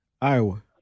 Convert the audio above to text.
Iowa